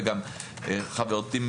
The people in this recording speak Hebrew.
וגם חברתי,